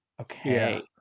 Okay